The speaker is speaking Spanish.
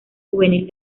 juvenil